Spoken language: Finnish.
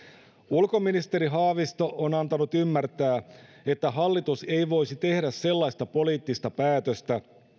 ulkoministeri haavisto on antanut ymmärtää että hallitus ei voisi tehdä sellaista poliittista päätöstä